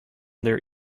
their